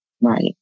Right